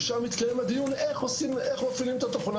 ושם התקיים הדיון איך מפעילים את התוכנה